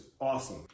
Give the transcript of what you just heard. awesome